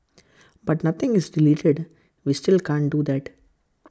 but nothing is deleted we still can't do that